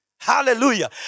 Hallelujah